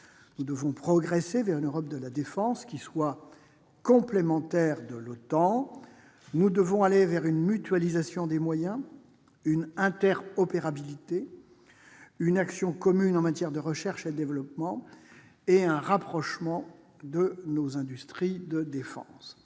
Nous devons progresser vers une Europe de la défense, complémentaire de l'OTAN. Nous devons aller vers une mutualisation des moyens, vers une interopérabilité, vers une action commune en matière de recherche et de développement et vers un rapprochement de nos industries de défense.